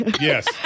Yes